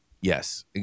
Yes